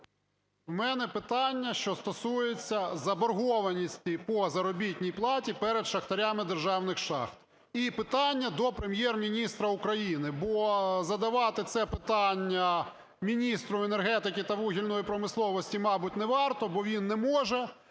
В мене питання, що стосується заборгованості по заробітній платі перед шахтарями державних шахт. І питання до Прем’єр-міністра України, бо задавати це питання міністру енергетики та вугільної промисловості, мабуть, не варто, бо він не може